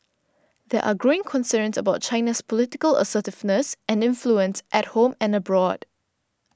there are growing concerns about China's political assertiveness and influence at home and abroad